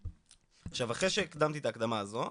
עכשיו, אחרי שהקדמתי את ההקדמה הזו,